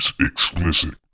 explicit